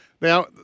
Now